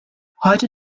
heute